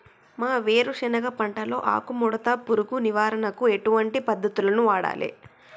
మా వేరుశెనగ పంటలో ఆకుముడత పురుగు నివారణకు ఎటువంటి పద్దతులను వాడాలే?